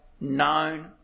known